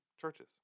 churches